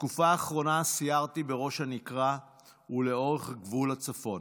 בתקופה האחרונה סיירתי בראש הנקרה ולאורך גבול הצפון,